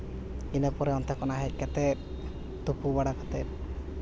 ᱤᱱᱟᱹ ᱯᱚᱨᱮ ᱚᱱᱛᱮ ᱠᱷᱚᱱᱟᱜ ᱦᱮᱡ ᱠᱟᱛᱮᱫ ᱛᱩᱯᱩ ᱵᱟᱲᱟ ᱠᱟᱛᱮᱫ